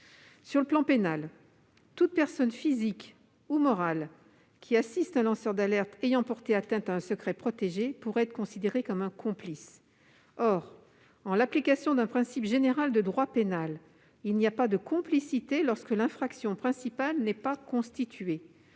Sur le plan pénal, toute personne physique ou morale qui assiste un lanceur d'alerte ayant porté atteinte à un secret protégé pourrait être considéré comme un complice. Or, en l'application d'un principe général de droit pénal, il n'y a pas de complicité lorsque l'infraction principale n'est pas constituée.